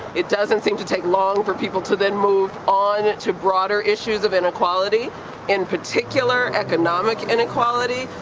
it doesn't seem to take long for people to then move on to broader issues of inequality in particular, economic inequality.